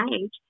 age